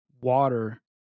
water